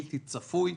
בלתי צפוי,